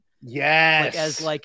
Yes